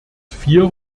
vier